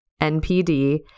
NPD